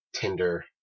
Tinder